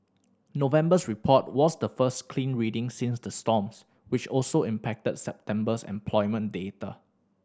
November's report was the first clean reading since the storms which also impacted September's employment data